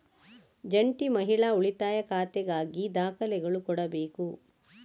ಜಂಟಿ ಮಹಿಳಾ ಉಳಿತಾಯ ಖಾತೆಗಾಗಿ ದಾಖಲೆಗಳು ಕೊಡಬೇಕು